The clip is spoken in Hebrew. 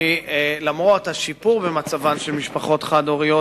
למרות השיפור במצבן של משפחות חד-הוריות,